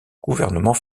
gouvernement